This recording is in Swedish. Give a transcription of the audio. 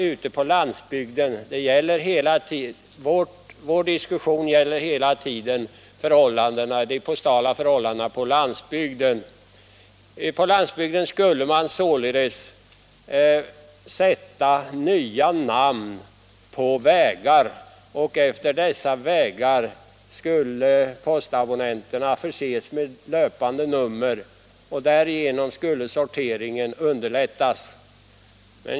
Ute på landsbygden — vi motionärer diskuterar hela tiden förhållandena på landsbygden — skulle det alltså sättas nya namn på vägar, och efter dessa vägar skulle postabonnenterna förses med löpande nummer. På det sättet skulle sorteringen underlättas.